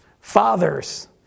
fathers